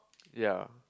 ya